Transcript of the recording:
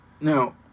Now